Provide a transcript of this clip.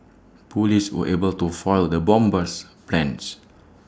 Police were able to foil the bomber's plans